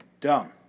done